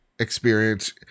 experience